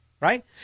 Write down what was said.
right